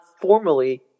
formally